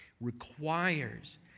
requires